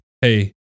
hey